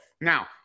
Now